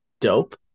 dope